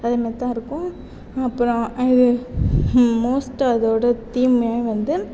அதே மாரிதாருக்கும் அப்புறம் இது மோஸ்ட் அதோட தீம்மே வந்து